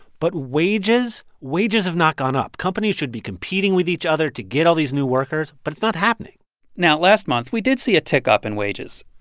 but wages? wages have not gone up. companies should be competing with each other to get all these new workers, but it's not happening now, last month, we did see a tick up in wages.